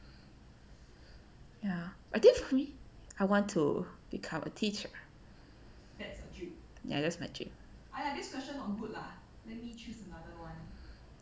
ya I think for me I want to become a teacher ya that's my dream